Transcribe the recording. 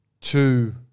two